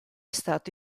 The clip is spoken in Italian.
stato